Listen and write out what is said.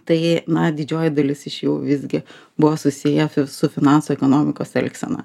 tai na didžioji dalis iš jų visgi buvo susiję su finansų ekonomikos elgsena